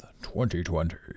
2020